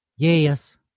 Yes